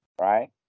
Right